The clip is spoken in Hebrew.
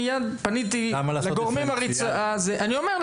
מיד פניתי לגורמים --- למה לעשות את זה --- אני אומר,